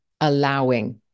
allowing